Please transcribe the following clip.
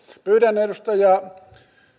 pyydän edustaja